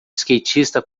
skatista